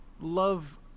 Love